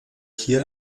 hier